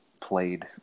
played